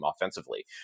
offensively